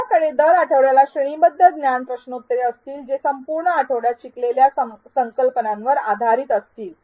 आपल्याकडे दर आठवड्याला श्रेणीबद्ध ज्ञान प्रश्नोत्तरे असतील जे संपूर्ण आठवड्यात शिकवलेल्या संकल्पनांवर आधारीत असतील